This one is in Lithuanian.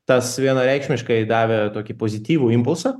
tas vienareikšmiškai davė tokį pozityvų impulsą